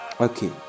okay